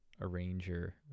arranger